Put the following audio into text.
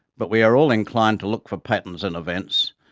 but we are all inclined to look for patterns in events,